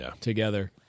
together